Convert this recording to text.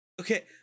Okay